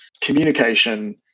communication